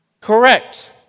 Correct